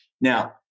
Now